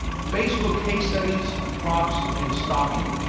facebook case studies props and stocking